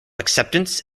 acceptance